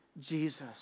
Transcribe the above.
Jesus